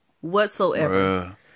Whatsoever